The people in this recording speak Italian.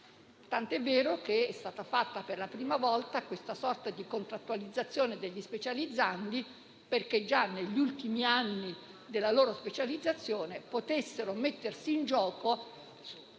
molto giovani. È stata fatta, per la prima volta, una sorta di contrattualizzazione degli specializzandi, affinché già negli ultimi anni della loro specializzazione potessero mettersi in gioco,